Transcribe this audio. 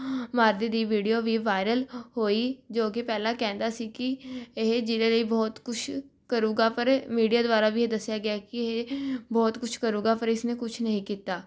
ਮਾਰਦੇ ਦੀ ਵੀਡਿਓ ਵੀ ਵਾਇਰਲ ਹੋਈ ਜੋ ਕਿ ਪਹਿਲਾਂ ਕਹਿੰਦਾ ਸੀ ਕਿ ਇਹ ਜ਼ਿਲ੍ਹੇ ਲਈ ਬਹੁਤ ਕੁਛ ਕਰੇਗਾ ਪਰ ਮੀਡੀਆ ਦੁਆਰਾ ਵੀ ਇਹ ਦੱਸਿਆ ਗਿਆ ਕਿ ਇਹ ਬਹੁਤ ਕੁਛ ਕਰੇਗਾ ਪਰ ਇਸ ਨੇ ਕੁਛ ਨਹੀਂ ਕੀਤਾ